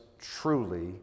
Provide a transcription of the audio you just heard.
truly